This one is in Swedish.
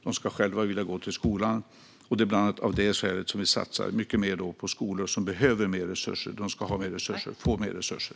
De ska själva vilja gå till skolan. Bland annat av det skälet satsar vi mycket mer på skolor som behöver mer resurser. De ska få mer resurser.